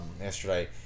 yesterday